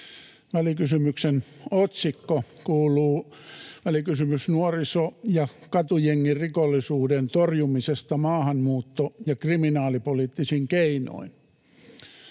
Välikysymyksen otsikko kuuluu ”Välikysymys nuoriso‑ ja katujengirikollisuuden torjumisesta maahanmuutto‑ ja kriminaalipoliittisin keinoin”.